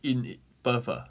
in perth ah